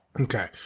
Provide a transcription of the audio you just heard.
okay